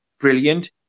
brilliant